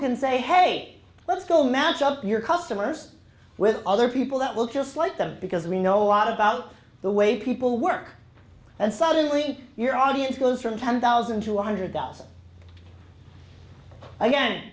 can say hate let's go match up your customers with other people that will just like them because we know a lot about the way people work and suddenly your audience goes from ten thousand to one hundred thousand again